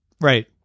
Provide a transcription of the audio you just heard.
right